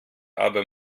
aber